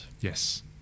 Yes